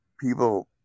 people